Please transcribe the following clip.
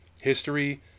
history